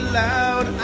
loud